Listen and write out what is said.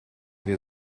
wir